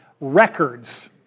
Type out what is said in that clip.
records